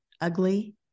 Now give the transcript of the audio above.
ugly